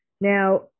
Now